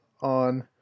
on